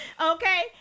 Okay